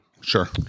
Sure